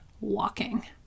walking